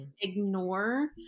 ignore